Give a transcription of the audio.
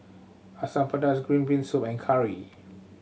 Asam Pedas green bean soup and curry